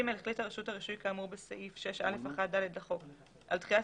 החליטה רשות הרישוי כאמור בסעיף 6א1(ד) לחוק על דחיית